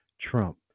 Trump